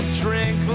drink